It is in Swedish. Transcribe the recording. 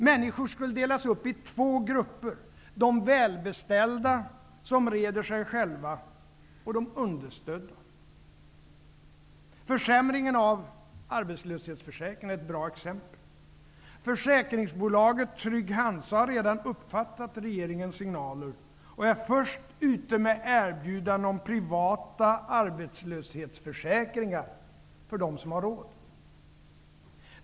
Människor skulle delas upp i två grupper: de välbeställda som reder sig själva och de understödda. Försämringen av arbetslöshetsförsäkringen är ett bra exempel. Försäkringsbolaget Trygg Hansa har redan uppfattat regeringens signaler och är först ute med erbjudanden om privata arbetslöshetsförsäkringar för dem som har råd.